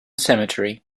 cemetery